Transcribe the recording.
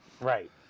Right